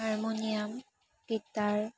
harmonium guitar